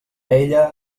ella